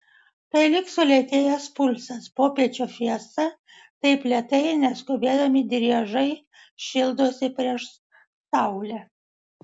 tai lyg sulėtėjęs pulsas popiečio fiesta taip lėtai ir neskubėdami driežai šildosi prieš saulę